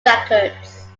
records